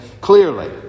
clearly